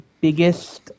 biggest